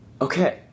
Okay